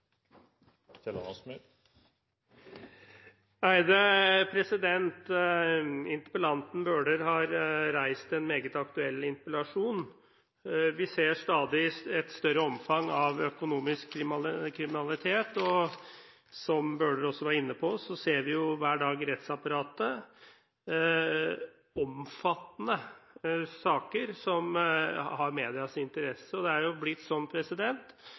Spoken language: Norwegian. Interpellanten Bøhler har reist en meget aktuell interpellasjon. Vi ser stadig et større omfang av økonomisk kriminalitet. Som Bøhler også var inne på, ser vi hver dag i rettsapparatet omfattende saker som har medias interesse. Det er blitt sånn